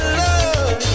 love